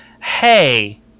Hey